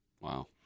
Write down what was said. Wow